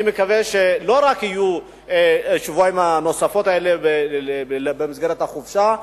אני מקווה שלא רק יהיו השבועיים הנוספים האלה במסגרת החופשה,